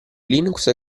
linux